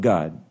God